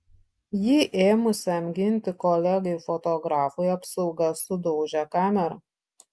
jį ėmusiam ginti kolegai fotografui apsauga sudaužė kamerą